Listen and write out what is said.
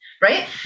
right